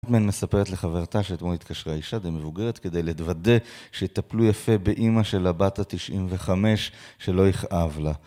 מספרת לחברתה שאתמול התקשרה אישה די מבוגרת כדי לוודא שיטפלו יפה באימא שלה, בת ה-95 שלא יכאב לה